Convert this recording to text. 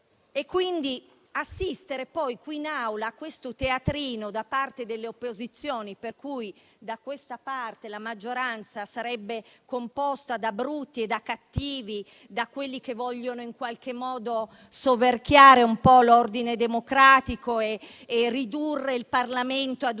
Assistiamo poi, in quest'Aula, a un teatrino da parte delle opposizioni, per cui da questa parte la maggioranza sarebbe composta da brutti e da cattivi, da quelli che vogliono in qualche modo soverchiare l'ordine democratico e ridurre il Parlamento a un